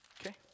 Okay